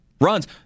runs